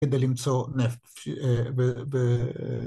תנו לי לקחת אתכם